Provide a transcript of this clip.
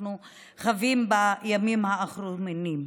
שאנחנו חווים בימים האחרונים.